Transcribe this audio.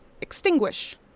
Extinguish